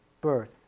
birth